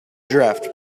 draft